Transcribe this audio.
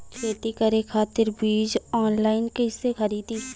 खेती करे खातिर बीज ऑनलाइन कइसे खरीदी?